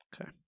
Okay